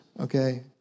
Okay